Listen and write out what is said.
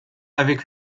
avec